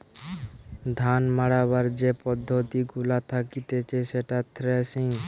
ধান মাড়াবার যে পদ্ধতি গুলা থাকতিছে সেটা থ্রেসিং